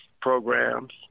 programs